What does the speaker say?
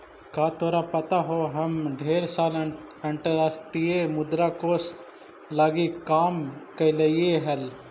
का तोरा पता हो हम ढेर साल अंतर्राष्ट्रीय मुद्रा कोश लागी काम कयलीअई हल